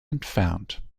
entfernt